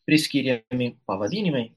priskiriami pavadinimai